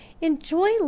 enjoy